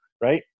right